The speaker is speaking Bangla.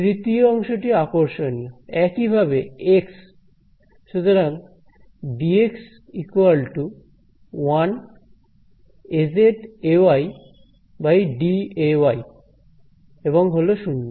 তৃতীয় অংশটি আকর্ষণীয় একইভাবে এক্স সুতরাং dx 1 Az Ay dAy এবং হলো 0